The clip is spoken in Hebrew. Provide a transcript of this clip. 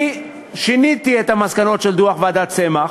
אני שיניתי את המסקנות של דוח ועדת צמח,